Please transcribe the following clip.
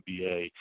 NBA